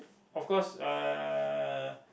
of course uh